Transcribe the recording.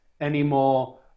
anymore